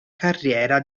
carriera